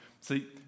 See